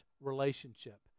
relationship